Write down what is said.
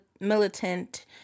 militant